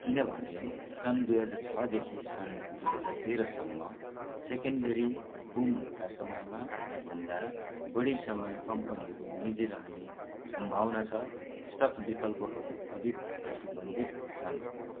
किनभने सन् दुई हजार छदेखि सन् दुई हजार तेह्रसम्म सेकेन्डरी बूमका समयमा भन्दा बढी समय कम्पनीहरू निजी रहने सम्भावना छ स्टक विकल्पहरू अधिक प्रतिबन्धित छन्